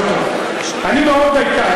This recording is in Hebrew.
3,000. אני מאוד דייקן,